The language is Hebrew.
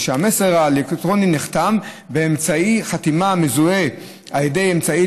ושהמסר האלקטרוני נחתם באמצעי חתימה מזוהה על ידי אמצעי